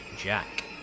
Jack